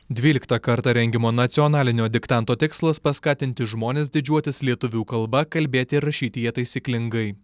dvyliktą kartą rengiamo nacionalinio diktanto tikslas paskatinti žmones didžiuotis lietuvių kalba kalbėti rašyti ją taisyklingai